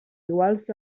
iguals